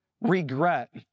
regret